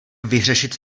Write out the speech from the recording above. vyřešit